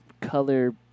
color